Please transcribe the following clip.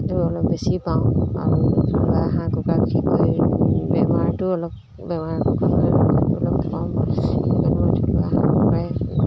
অলপ বেছি পাওঁ আৰু থলুৱা হাঁহ কুকৰা বিশেষকৈ বেমাৰটো অলপ বেমাৰ ক অলপ কম মই থলুৱা হাঁহ কুকুৰাই